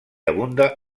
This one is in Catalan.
abunda